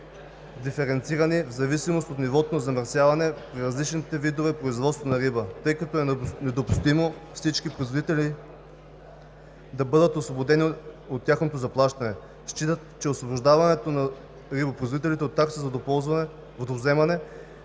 диференцирани в зависимост от нивото на замърсяване при различните видове производство на риба, тъй като е недопустимо всички производители да бъдат освободени от тяхното заплащане. Считат, че освобождаването на рибопроизводителите от такса за водовземане